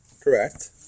Correct